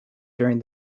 during